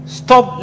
stop